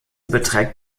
beträgt